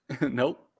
Nope